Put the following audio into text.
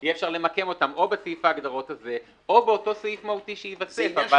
יהיה אפשר למקם אותן או בסעיף ההגדרות הזה או באותו סעיף מהותי שייווסף.